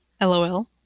LOL